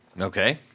Okay